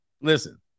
listen